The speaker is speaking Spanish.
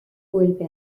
vuelve